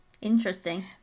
Interesting